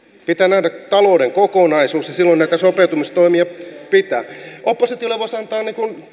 pitää nähdä talouden kokonaisuus ja silloin näitä sopeutustoimia pitää tehdä oppositiolle voisi antaa